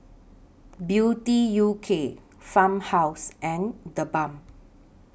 Beauty U K Farmhouse and The Balm